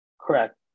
Correct